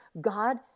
God